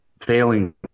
failing